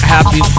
Happy